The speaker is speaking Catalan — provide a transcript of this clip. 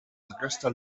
aquesta